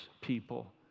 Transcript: people